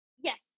yes